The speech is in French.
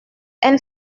elle